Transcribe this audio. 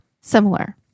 similar